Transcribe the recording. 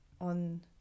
on